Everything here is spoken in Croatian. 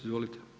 Izvolite.